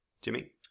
Jimmy